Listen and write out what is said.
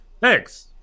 Thanks